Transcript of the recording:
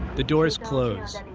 the doors close.